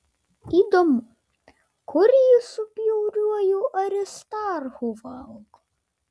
įdomu kur jis su bjauriuoju aristarchu valgo